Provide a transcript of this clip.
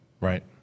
Right